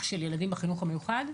של ילדים בחינוך המיוחד?